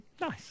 Nice